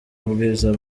ubwiza